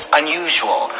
unusual